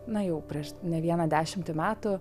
na jau prieš ne vieną dešimtį metų